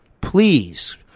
please